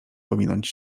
pominąć